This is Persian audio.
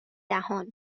دهان